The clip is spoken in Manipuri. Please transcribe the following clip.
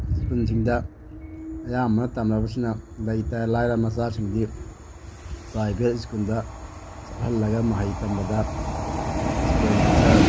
ꯁ꯭ꯀꯨꯜꯁꯤꯡꯗ ꯑꯌꯥꯝꯕꯅ ꯇꯝꯅꯕꯁꯤꯅ ꯂꯩꯇ ꯂꯥꯏꯔ ꯃꯆꯥꯁꯤꯡꯗꯤ ꯄ꯭ꯔꯥꯏꯕꯦꯠ ꯁ꯭ꯀꯨꯜꯗ ꯆꯠꯍꯜꯂꯒ ꯃꯍꯩ ꯇꯝꯕꯗ ꯑꯦꯛꯁꯄꯦꯟꯗꯤꯆꯔ